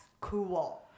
cool